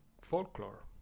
folklore